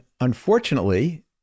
unfortunately